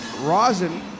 Rosin